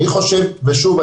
אני חושב ושוב,